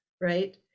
Right